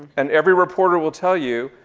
and every reporter will tell you,